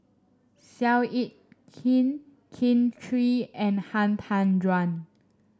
Seow Yit Kin Kin Chui and Han Tan Juan